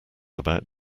about